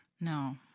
No